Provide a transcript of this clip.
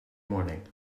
morning